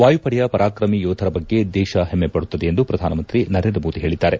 ವಾಯುಪಡೆಯ ಪರಾಕ್ರಮಿ ಯೋಧರ ಬಗ್ಗೆ ದೇಶ ಹೆಮ್ಮೆಪಡುತ್ತದೆ ಎಂದು ಪ್ರಧಾನಮಂತ್ರಿ ನರೇಂದ್ರ ಮೋದಿ ಹೇಳಿದ್ದಾರೆ